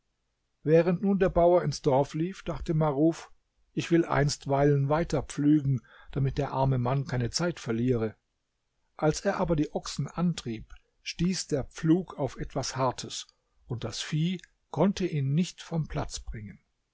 während nun der bauer ins dorf lief dachte maruf ich will einstweilen weiter pflügen damit der arme mann keine zeit verliere als er aber die ochsen antrieb stieß der pflug auf etwas hartes und das vieh konnte ihn nicht vom platz bringen